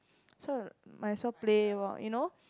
so uh might as well play lor you know